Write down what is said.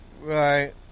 Right